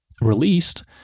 released